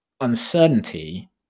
Uncertainty